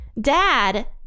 Dad